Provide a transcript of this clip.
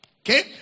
okay